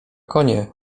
konie